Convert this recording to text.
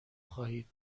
خواهید